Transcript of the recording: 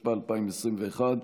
התשפ"א 2021,